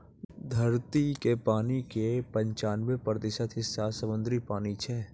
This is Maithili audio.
धरती के पानी के पंचानवे प्रतिशत हिस्सा समुद्री पानी छै